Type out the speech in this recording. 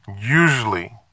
Usually